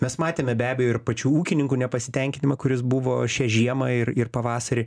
mes matėme be abejo ir pačių ūkininkų nepasitenkinimą kuris buvo šią žiemą ir ir pavasarį